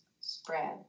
spread